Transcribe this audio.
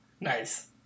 Nice